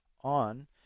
on